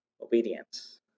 obedience